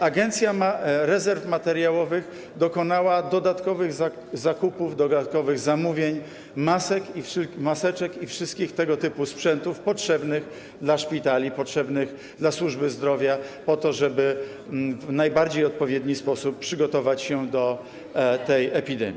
Agencja Rezerw Materiałowych dokonała dodatkowych zakupów, dodatkowych zamówień masek, maseczek i wszystkich tego typu sprzętów potrzebnych dla szpitali, potrzebnych dla służby zdrowia, po to, żeby w najbardziej odpowiedni sposób przygotować się do tej epidemii.